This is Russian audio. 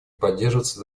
поддерживаться